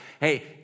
hey